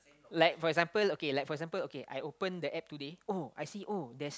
like for example okay like for example okay I open the App today oh I see oh there's